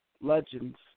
legends